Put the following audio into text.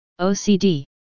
OCD